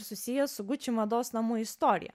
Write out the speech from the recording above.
susijęs su gucci mados namų istorija